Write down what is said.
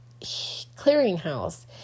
clearinghouse